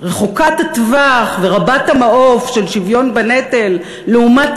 רחוקת-הטווח ורבת-המעוף של שוויון בנטל לעומת